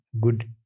good